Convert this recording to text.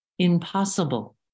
impossible